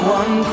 one